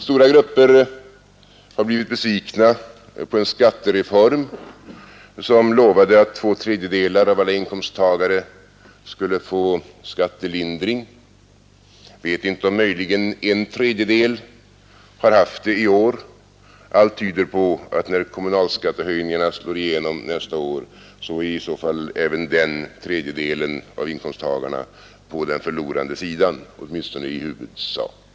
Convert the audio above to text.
Stora grupper har blivit besvikna på en skattereform som lovat att två tredjedelar av alla Nr 141 inkomsttagare skall få skattelindring. Jag vet inte om möjligen en Onsdagen den tredjedel har fått det bättre i år. Allt tyder på att när kommunalskatte 8 december 1971 höjningarna slår igenom nästa år är i så fall även den tredjedelen av ——— inkomsttagarna på den förlorande sidan, åtminstone i huvudsak.